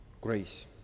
grace